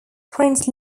prince